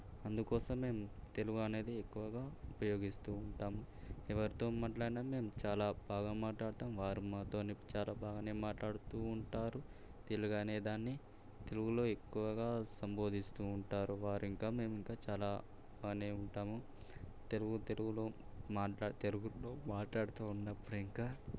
అందుకోసమే మేము తెలుగు అనేది ఎక్కువగా ఉపయోగిస్తూఉంటాం ఎవరితో మాట్లాడిన మేము చాలా బాగా మాట్లాడతాం వారు మాతోని చాలా బాగానే మాట్లాడుతూ ఉంటారు తెలుగు అనేదాన్ని తెలుగులో ఎక్కువగా సంభోదిస్తూ ఉంటారు వారింకా మేమింకా చాలా బాగానే ఉంటాము తెలుగు తెలుగులో మాట్లాడే తెలుగు మాట్లాడుతూ ఉన్నప్పుడు ఇంకా